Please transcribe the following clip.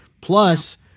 Plus